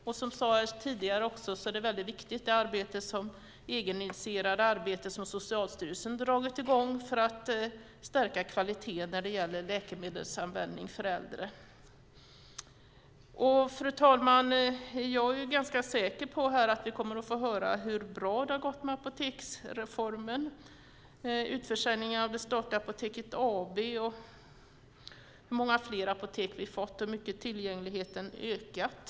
Som det sades tidigare är det egeninitierade arbete som Socialstyrelsen dragit i gång för att stärka kvaliteten på äldres läkemedelanvändning viktigt. Fru talman! Jag är ganska säker på att vi kommer att få höra hur bra det gått med apoteksreformen och utförsäljningen av det statliga Apoteket AB, hur många fler apotek vi fått och hur mycket tillgängligheten ökat.